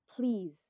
please